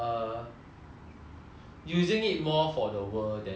using it more for the world than for yourself eh